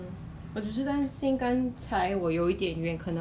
全部 ah 这个 pandemic hor 都 affected 到这个